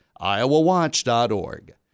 IowaWatch.org